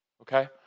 Okay